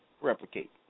replicate